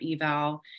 eval